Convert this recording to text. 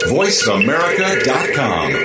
voiceamerica.com